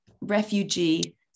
refugee-